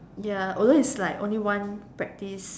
ya although its like only one practice